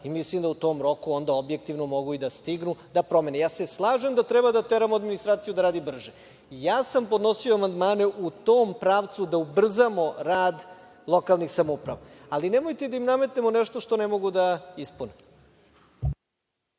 i mislim u tom roku, onda objektivno, mogu i da stignu da promene. Slažem se da treba teramo administraciju da radi brže, podnosio sam amandmane u tom pravcu da ubrzamo rad lokalnih samouprava, ali nemojte da im nametnemo nešto što ne mogu da ispune.